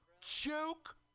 Joke